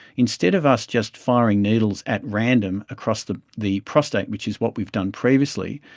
instead of us just firing needles at random across the the prostate, which is what we've done previously,